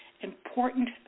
important